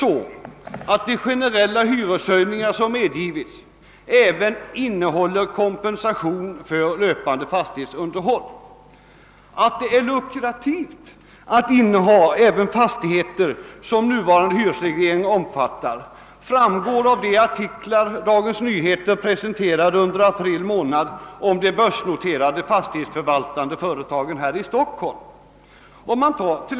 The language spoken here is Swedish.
Som bekant har de generella hyreshöjningar som medgivits även innefattat kompensation för löpande fastighetsunderhåll. Att det är lukrativt att inneha fastigheter som omfattas av nuvarande hy resreglering framgår av de artiklar som Dagens Nyheter under april månad publicerade om de börsnoterade fastighetsförvaltande företagen.